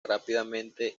rápidamente